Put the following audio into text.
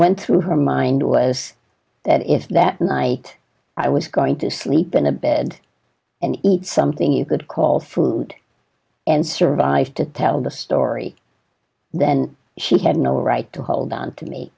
went through her mind was that if that night i was going to sleep in a bed and eat something you could call food and survive to tell the story then she had no right to hold on to me